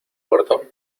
puerto